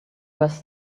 was